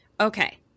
Okay